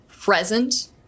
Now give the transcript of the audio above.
present